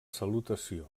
salutació